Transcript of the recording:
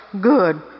good